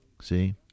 See